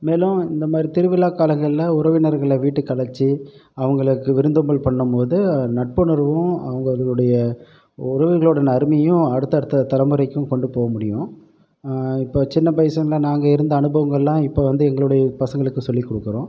மேலும் இந்த மாதிரி திருவிழாக் காலங்களில் உறவினர்களை வீட்டுக்கு அழைத்து அவர்களுக்கு விருந்தோம்பல் பண்ணும்போது நட்புணர்வும் அவர்களுடைய உறவுகளோட அருமையும் அடுத்தடுத்த தலைமுறைக்கும் கொண்டு போக முடியும் இப்போ சின்ன வயசில் நாங்கள் இருந்த அனுபவங்களெலாம் இப்போ வந்து எங்களுடைய பசங்களுக்கு சொல்லி கொடுக்குறோம்